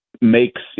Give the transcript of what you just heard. makes